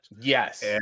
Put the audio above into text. Yes